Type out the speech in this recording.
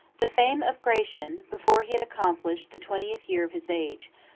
the fame of gratian, before he had accomplished the twentieth year of his age,